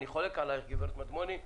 אני חולק עליך קברת מדמוני,